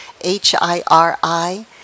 h-i-r-i